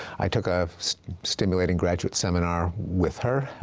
i took a stimulating graduate seminar with her.